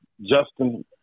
Justin